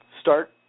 start